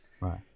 Right